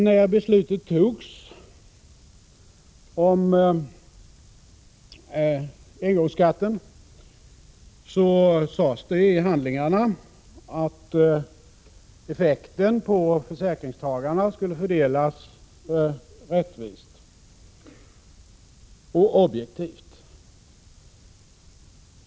När beslutet om engångsskatten togs angavs det i handlingarna att effekten på försäkringstagarna skulle fördelas rättvist och objektivt.